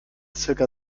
zirka